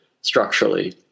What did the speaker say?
structurally